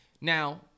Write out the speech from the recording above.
Now